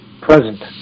present